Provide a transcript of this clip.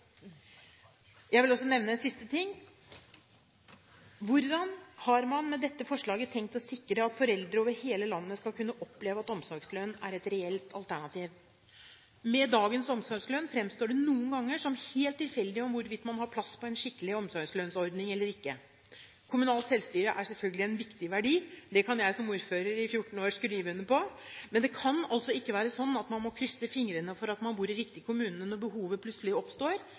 Jeg vil også nevne en siste ting: Hvordan har man med dette forslaget tenkt å sikre at foreldre over hele landet skal kunne oppleve at omsorgslønn er et reelt alternativ? Med dagens omsorgslønn framstår det noen ganger som helt tilfeldig hvorvidt man har på plass en skikkelig omsorgslønnsordning eller ikke. Kommunalt selvstyre er selvfølgelig en viktig verdi – det kan jeg som ordfører i 14 år skrive under på – men det kan ikke være sånn at man må krysse fingrene for at man bor i riktig kommune når behovet plutselig oppstår,